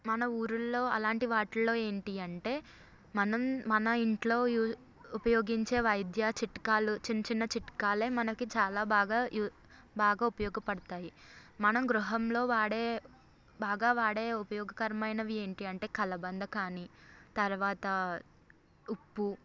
మన ఊళ్ళల్లో అలాంటి వాటిల్లో ఏంటి అంటే మనం మన ఇంట్లో ఉపయోగించే వైద్య చిట్కాలు చిన్న చిన్న చిట్కాలే మనకి చాలా బాగా యు బాగా ఉపయోగపడతాయి మనం గృహంలో వాడే బాగా వాడే ఉపయోగకరమైనవి ఏంటి అంటే కలబంద కాని తర్వాత ఉప్పు